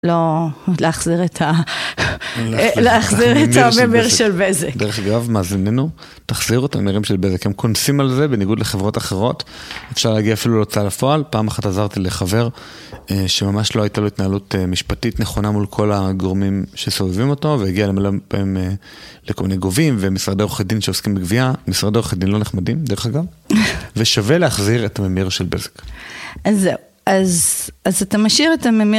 לא, להחזיר את הממיר של בזק. דרך אגב, מה זמנו? תחזירו את הממירים של בזק. הם כונסים על זה בניגוד לחברות אחרות. אפשר להגיע אפילו להוצאה לפועל. פעם אחת עזרתי לחבר שממש לא הייתה לו התנהלות משפטית נכונה מול כל הגורמים שסובבים אותו, והגיע אליהם כל מיני גובים, ומשרד עורך הדין שעוסקים בגבייה, משרד עורכי הדין לא נחמדים, דרך אגב, ושווה להחזיר את הממיר של בזק. אז זהו. אז אתה משאיר את הממיר,